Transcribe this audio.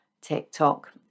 TikTok